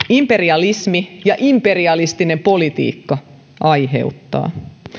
imperialismi ja imperialistinen politiikka aiheuttavat